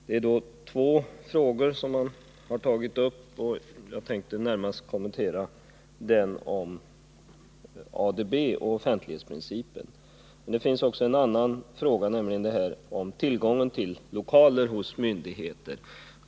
Av de frågor som har tagits upp tänkte jag alltså närmast kommentera den om ADB och offentlighetsprincipen. Men det finns också en annan väsentlig fråga, nämligen den om tillgången till lokaler hos myndigheter där de som önskar ta del av myndighetens handlingar kan få göra detta.